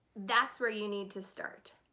that's where you need to start.